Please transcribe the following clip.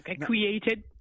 Created